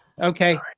okay